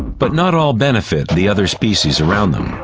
but not all benefit the other species around them.